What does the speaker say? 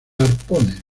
arpones